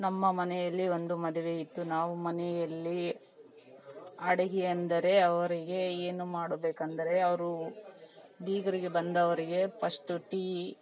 ನಮ್ಮ ಮನೆಯಲ್ಲಿ ಒಂದು ಮದುವೆ ಇತ್ತು ನಾವು ಮನೆಯಲ್ಲೀ ಅಡುಗೆ ಅಂದರೇ ಅವರಿಗೆ ಏನು ಮಾಡಬೇಕು ಅಂದರೆ ಅವರೂ ಬೀಗರಿಗೆ ಬಂದವರಿಗೆ ಫಸ್ಟು ಟೀ